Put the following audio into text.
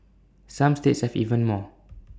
some states have even more